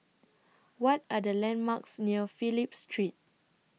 What Are The landmarks near Phillip Street